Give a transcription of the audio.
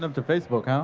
um to facebook. ah